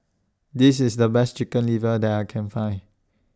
This IS The Best Chicken Liver that I Can Find